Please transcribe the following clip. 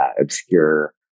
obscure